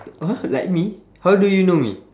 !huh! like me how do you know me